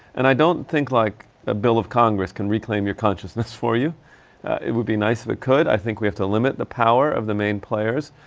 and i don't think like a bill of congress can reclaim your consciousness for you. ah it would be nice if it could. i think we have to limit the power of the main players.